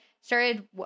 started